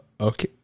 Okay